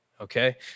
okay